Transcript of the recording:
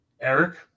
Eric